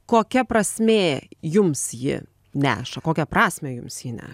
kokia prasmė jums ji neša kokią prasmę jums ji ne